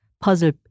puzzle